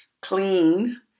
clean